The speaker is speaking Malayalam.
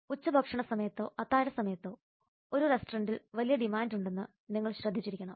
ഉച്ച ഭക്ഷണ സമയത്തോ അത്താഴ സമയത്തോ ഒരു റെസ്റ്റോറന്റിൽ വലിയ ഡിമാൻഡുണ്ടെന്ന് നിങ്ങൾ ശ്രദ്ധിച്ചിരിക്കണം